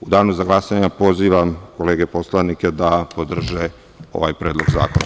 U danu za glasanje pozivam kolege poslanike da podrže ovaj Predlog zakona.